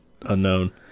unknown